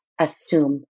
assume